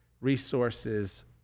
resources